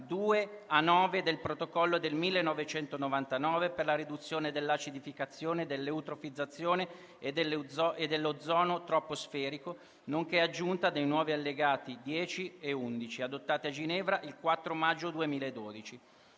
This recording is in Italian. II a IX del Protocollo del 1999 per la riduzione dell'acidificazione, dell'eutrofizzazione e dell'ozono troposferico nonché aggiunta dei nuovi allegati X e XI, adottate a Ginevra il 4 maggio 2012.